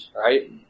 right